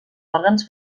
òrgans